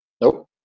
Nope